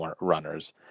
runners